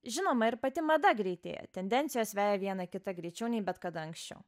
žinoma ir pati mada greitėja tendencijos veja viena kitą greičiau nei bet kada anksčiau